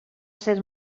ser